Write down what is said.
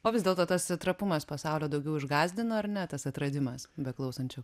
o vis dėlto tas trapumas pasaulio daugiau išgąsdino ar ne tas atradimas beklausant šio